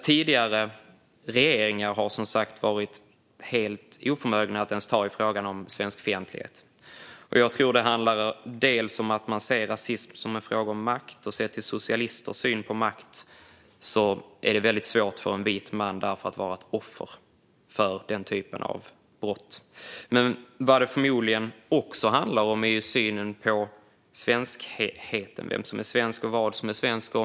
Tidigare regeringar har, som sagt, varit helt oförmögna att ens ta i frågan om svenskfientlighet. Jag tror att det handlar om att man ser rasism som en fråga om makt, och med socialisters syn på makt är det därför väldigt svårt för en vit man att vara ett offer för denna typ av brott. Det handlar dock förmodligen också om synen på svenskheten - på vem som är svensk och vad som är svenskt.